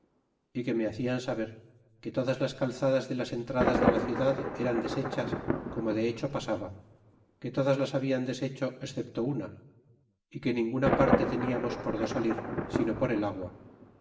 y que me hacian saber que todas las calzadas de las entradas de la ciudad eran deshechas como de hecho pisaba que todas las baldan deshecho excepto una é que ninguna parte tentamos por do salir sino por el agua